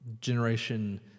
Generation